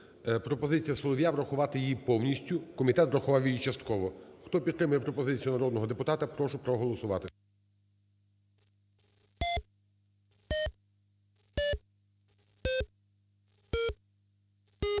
пропозиція Солов'я врахувати її повністю, комітет врахував її частково. Хто підтримує пропозицію народного депутата, прошу проголосувати.